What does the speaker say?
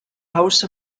house